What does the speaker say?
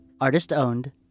Artist-owned